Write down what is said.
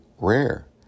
Rare